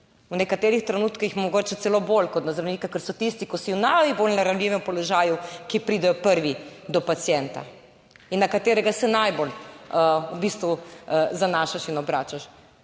V nekaterih trenutkih mogoče celo bolj kot na zdravnika. Ker so tisti, ki si v najbolj ranljivem položaju, ki pridejo prvi do pacienta in na katerega se najbolj v bistvu zanašaš in obračaš.